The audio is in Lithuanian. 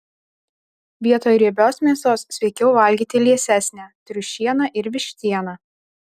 vietoj riebios mėsos sveikiau valgyti liesesnę triušieną ir vištieną